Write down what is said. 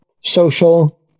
social